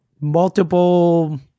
multiple